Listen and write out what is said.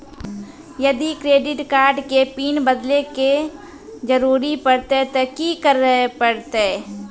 यदि credit card के pin बदले के जरूरी परतै ते की करे परतै?